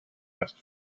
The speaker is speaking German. erst